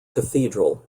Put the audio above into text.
cathedral